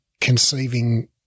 conceiving